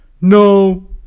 No